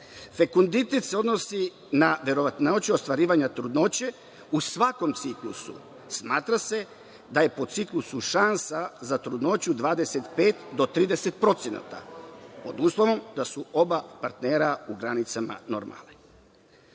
leči. Fekonditet se odnosi na verovatnoću ostvarivanja trudnoće u svakom ciklusu. Smatra se da je po ciklusu šansa za trudnoću 25 do 30%, pod uslovom da su oba partnera u granicama normale. Oblast